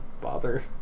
bother